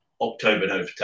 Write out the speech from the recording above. October